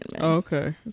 okay